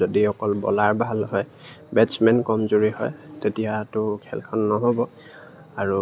যদি অকল বলাৰ ভাল হয় বেটছমেন কমজুৰি হয় তেতিয়াতো খেলখন নহ'ব আৰু